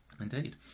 Indeed